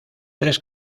tres